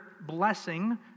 blessing